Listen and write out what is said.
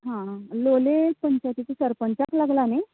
हां लोलयां पंचायतीच्या सरपंचाक लागला न्ही